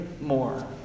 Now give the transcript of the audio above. more